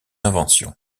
invention